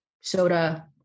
soda